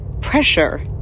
pressure